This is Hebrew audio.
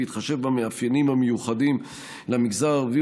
בהתחשב במאפיינים המיוחדים למגזר הערבי,